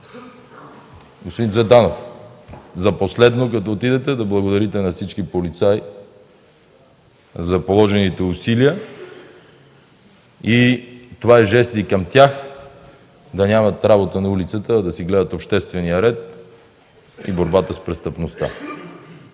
Господин Цветанов, за последно, като отидете, да благодарите на всички полицаи за положените усилия. Това е жест и към тях – да нямат работа на улицата, а да си гледат обществения ред и борбата с престъпността.